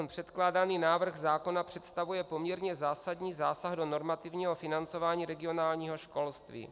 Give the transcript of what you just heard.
Předkládaný návrh zákona představuje poměrně zásadní zásah do normativního financování regionálního školství.